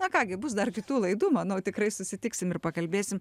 na ką gi bus dar kitų laidų manau tikrai susitiksim ir pakalbėsim